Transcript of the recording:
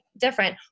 different